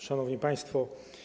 Szanowni Państwo!